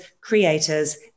creators